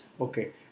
okay